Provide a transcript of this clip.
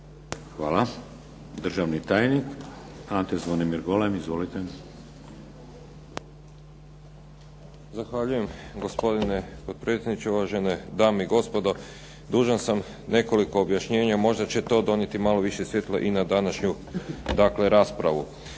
Hvala. Državni tajnik, Ante Zvonimir Golem. Izvolite. **Golem, Ante Zvonimir** Zahvaljujem gospodine potpredsjedniče, uvažene dame i gospodo. Dužan sam nekoliko objašnjenja, možda će to donijeti malo više svijetla i na današnju dakle raspravu.